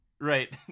Right